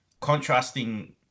contrasting